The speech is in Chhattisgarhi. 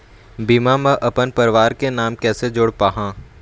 बीमा म अपन परवार के नाम कैसे जोड़ पाहां?